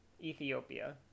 Ethiopia